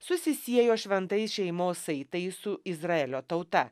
susisiejo šventais šeimos saitais su izraelio tauta